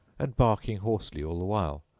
and barking hoarsely all the while,